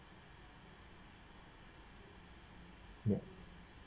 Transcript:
yup